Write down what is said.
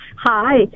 Hi